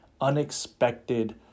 unexpected